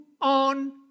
on